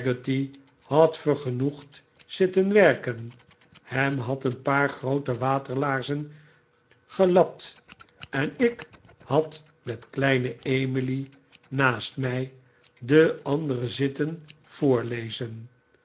peggotty had vergenoegd zitten werken ham had een paar groote waterlaarzen gelapt en ik had met kleine emily naast mij den anderen zitten voorlezen